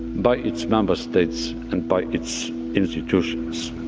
by its member states and by its institutions.